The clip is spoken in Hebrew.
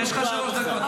יש לך שלוש דקות.